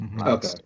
okay